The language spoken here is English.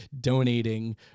donating